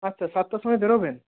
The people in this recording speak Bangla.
আচ্ছা সাতটার সময় বেরোবেন